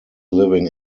living